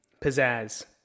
pizzazz